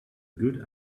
good